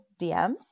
DMs